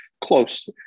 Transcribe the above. close